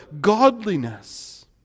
godliness